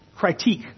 critique